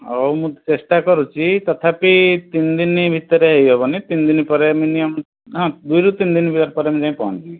ହଉ ମୁଁ ଚେଷ୍ଟା କରୁଛି ତଥାପି ତିନିଦିନ ଭିତରେ ହେଇ ହେବନି ତିନିଦିନ ପରେ ମିନିମମ୍ ହଁ ଦୁଇରୁ ତିନିଦିନ ପରେ ମୁଁ ଯାଇ ପହଞ୍ଚିଯିବି